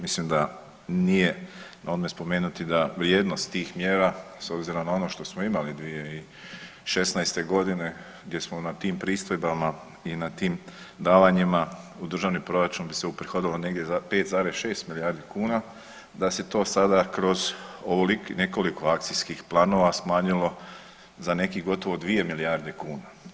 Mislim da nije na odmet spomenuti da vrijednost tih mjera s obzirom na ono što smo imali 2016.g. gdje smo na tim pristojbama i na tim davanjima u državni proračun bi se uprihodovalo negdje 5,6 milijardi kuna da se to sada kroz nekoliko akcijskih planova smanjilo za nekih dvije milijarde kuna.